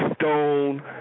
Stone